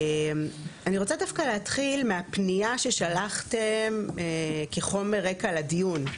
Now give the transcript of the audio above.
אני רוצה דווקא להתחיל מהפנייה ששלחתם כחומר רקע לדיון,